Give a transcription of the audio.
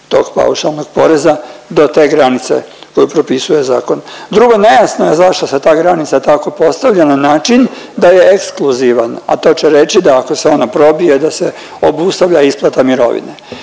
tog paušalnog poreza do te granice koju propisuje zakon. Drugo, nejasno je zašto se ta granica tako postavlja na način da je ekskluzivan, a to će reći da ako se ona probije da se obustavlja isplata mirovine.